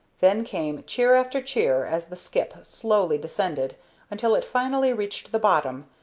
then came cheer after cheer as the skip slowly descended until it finally reached the bottom,